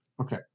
Okay